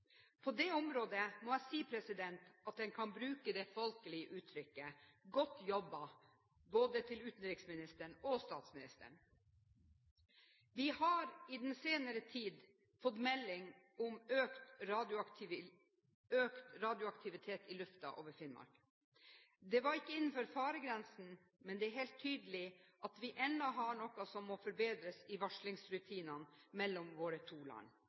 På dette området må jeg si at en kan bruke det folkelige uttrykket «godt jobba» – både overfor utenriksministeren og overfor statsministeren. Vi har i den senere tid fått melding om økt radioaktivitet i lufta over Finnmark. Det var ikke innenfor faregrensen, men det er helt tydelig at det ennå er noe som må forbedres i varslingsrutinene mellom våre to land.